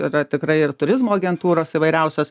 yra tikrai ir turizmo agentūros įvairiausios